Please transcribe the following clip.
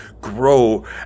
grow